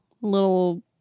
little